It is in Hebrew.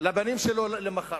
לבנים שלו מחר.